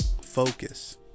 Focus